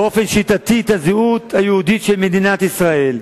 באופן שיטתי את הזהות היהודית של מדינת ישראל,